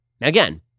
Again